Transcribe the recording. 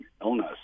illness